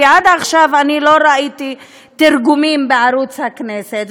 כי עד עכשיו אני לא ראיתי תרגומים בערוץ הכנסת,